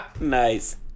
Nice